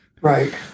Right